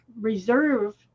reserve